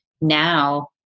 now